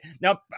Now